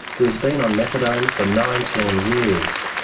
who has been on methadone for nineteen years.